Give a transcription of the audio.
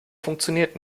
funktioniert